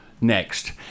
next